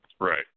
Right